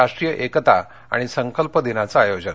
राष्ट्रीय एकता आणि संकल्प दिनांचं आयोजन